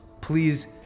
please